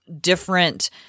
different